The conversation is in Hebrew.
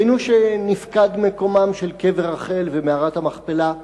ראינו שנפקד מקומם של קבר רחל ומערת המכפלה.